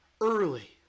early